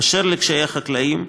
אשר לקשיי החקלאים,